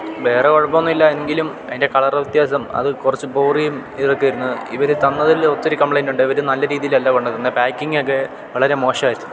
വേറെ കുഴപ്പമൊന്നുമില്ല എങ്കിലും അതിൻ്റെ കളറ് വ്യത്യാസം അത് കുറച്ച് പോറിയും ഇതൊക്കെ ആയിരുന്നു ഇവര് തന്നതിൽ ഒത്തിരി കമ്പ്ലൈൻറ്റുണ്ട് ഇവര് നല്ല രീതിയിൽ അല്ല കൊണ്ടുതന്നത് പാക്കിങ്ങൊക്കെ വളരെ മോശവായിരുന്നു